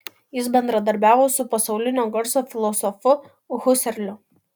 jis bendradarbiavo su pasaulinio garso filosofu huserliu